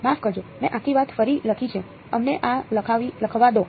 માફ કરજો મેં આખી વાત ફરી લખી છે અમને આ લખવા દો